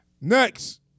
Next